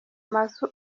mazu